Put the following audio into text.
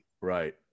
Right